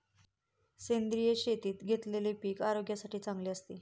सेंद्रिय शेतीत घेतलेले पीक आरोग्यासाठी चांगले असते